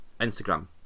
Instagram